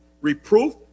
reproof